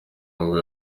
ngo